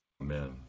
Amen